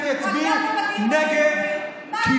הוא,